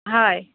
হয়